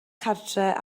cartref